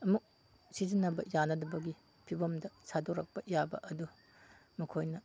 ꯑꯃꯨꯛ ꯁꯤꯖꯤꯟꯅꯕ ꯌꯥꯅꯕꯒꯤ ꯐꯤꯚꯝꯗ ꯁꯥꯗꯣꯔꯛꯄ ꯌꯥꯕ ꯑꯗꯨ ꯃꯈꯣꯏꯅ